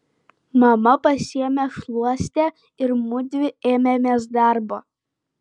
mama pasiėmė šluostę ir mudvi ėmėmės darbo